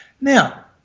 now